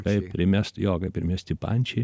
taip primest jo kaip primesti pančiai